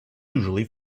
usually